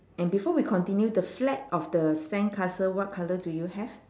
and before we continue the flag of the sandcastle what colour do you have